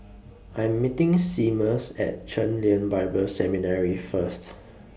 I'm meeting Seamus At Chen Lien Bible Seminary First